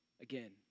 Again